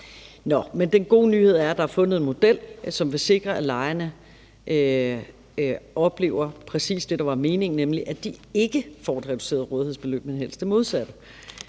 den gode nyhed er, at der er fundet en model, som vil sikre, at lejerne oplever præcis det, der var meningen, nemlig at de ikke får et reduceret rådighedsbeløb, men helst det modsatte.